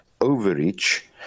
overreach